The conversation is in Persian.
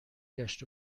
گشت